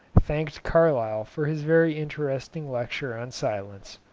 thanked carlyle for his very interesting lecture on silence.